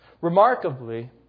Remarkably